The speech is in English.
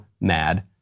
mad